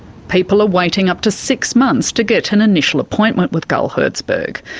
people are waiting up to six months to get an initial appointment with gull herzberg.